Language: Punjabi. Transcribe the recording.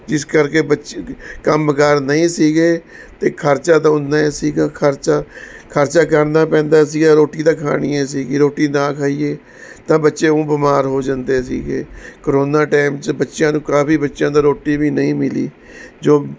ਜਿਸ ਕਰਕੇ ਬੱਚੇ ਕੰਮ ਕਾਰ ਨਹੀਂ ਸੀਗੇ ਅਤੇ ਖਰਚਾ ਤਾਂ ਉੱਨਾਂ ਹੀ ਸੀਗਾ ਖਰਚਾ ਖਰਚਾ ਕਰਨਾ ਪੈਂਦਾ ਸੀਗਾ ਰੋਟੀ ਤਾਂ ਖਾਣੀ ਹੀ ਸੀਗੀ ਰੋਟੀ ਨਾ ਖਾਈਏ ਤਾਂ ਬੱਚੇ ਊਂ ਬਿਮਾਰ ਹੋ ਜਾਂਦੇ ਸੀਗੇ ਕਰੋਨਾ ਟਾਈਮ 'ਚ ਬੱਚਿਆਂ ਨੂੰ ਕਾਫੀ ਬੱਚਿਆਂ ਦਾ ਰੋਟੀ ਵੀ ਨਹੀਂ ਮਿਲੀ ਜੋ